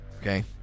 Okay